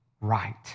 right